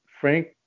Frank